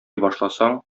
башласаң